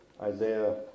Isaiah